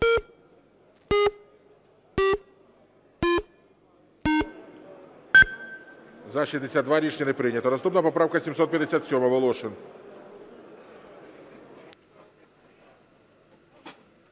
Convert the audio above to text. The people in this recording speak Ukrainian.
За-62 Рішення не прийнято. Наступна поправка 757. Волошин.